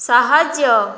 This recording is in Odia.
ସାହାଯ୍ୟ